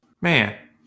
Man